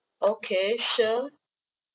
okay sure